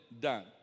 done